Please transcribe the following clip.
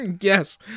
Yes